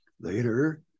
Later